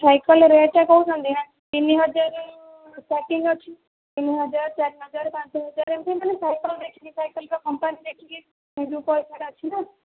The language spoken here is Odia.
ସାଇକେଲ୍ ରେଟ୍ କହୁଛନ୍ତି ନା ତିନି ହଜାରରୁ ଷ୍ଟାର୍ଟିଂ ଅଛି ତିନି ହଜାର ଚାରି ହଜାର ପାଞ୍ଚ ହଜାର ଏମିତି ସାଇକେଲ୍ ଦେଖିକି ସାଇକେଲ୍ର କମ୍ପାନୀ ଦେଖିକି ପଇସାଟା ଅଛି ନା